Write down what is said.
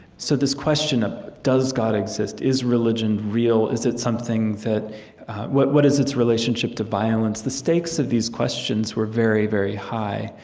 so this question of does god exist? is religion real? is it something that what what is its relationship to violence? the stakes of these questions were very, very high.